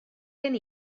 gen